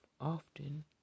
often